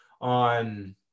on